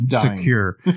secure